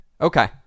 okay